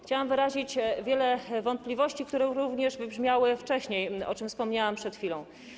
Chciałam wyrazić wiele wątpliwości, które również wybrzmiały wcześniej, o czym wspomniałam przed chwilą.